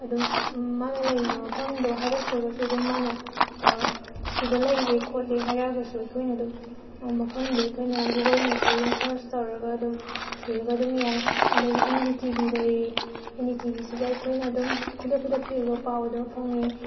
ꯑꯗꯨꯝ ꯃꯥꯅ ꯂꯩꯔꯤꯕ ꯃꯐꯝꯗꯣ ꯍꯥꯏꯔꯛꯇ꯭ꯔꯒꯁꯨ ꯑꯗꯨꯝ ꯃꯥꯅ ꯁꯤꯗ ꯂꯩꯔꯦ ꯈꯣꯠꯂꯦ ꯍꯥꯏꯔꯛꯂꯒꯁꯨ ꯑꯩꯈꯣꯏꯅ ꯑꯗꯨꯝ ꯃꯐꯝꯗꯨꯗ ꯑꯩꯈꯣꯏꯅ ꯒꯨꯒꯜ ꯃꯦꯞꯁꯤ ꯑꯗꯨꯝ ꯁꯔꯁ ꯇꯧꯔꯒ ꯑꯗꯨꯝ ꯊꯤꯔꯒ ꯑꯗꯨꯝ ꯌꯥꯏ ꯑꯗꯒꯤ ꯑꯦꯟ ꯗꯤ ꯇꯤ ꯚꯤ ꯂꯩꯔꯤ ꯑꯦꯟ ꯗꯤ ꯇꯤ ꯚꯤꯁꯤꯗ ꯑꯩꯈꯣꯏꯅ ꯑꯗꯨꯝ ꯈꯨꯗꯛ ꯈꯨꯗꯛꯀꯤ ꯑꯣꯏꯕ ꯄꯥꯎ ꯑꯗꯨꯝ ꯐꯪꯏ